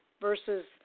Versus